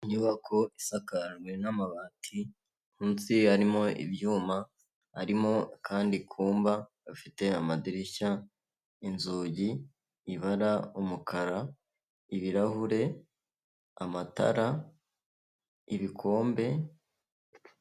Inyubako isakajwe n'amabati, munsi harimo ibyuma harimo akandi kumba gafite amadirishya, inzugi ibara umukara ibirahure, amatara, ibikombe.